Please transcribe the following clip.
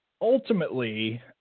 Ultimately